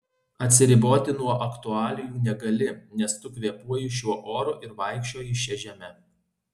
atsiriboti nuo aktualijų negali nes tu kvėpuoji šiuo oru ir vaikščioji šia žeme